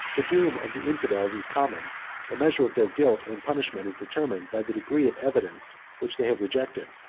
the doom of the infidels is common the measure of their guilt and punishment is determined by the degree of evidence which they have rejected,